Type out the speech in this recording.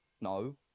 No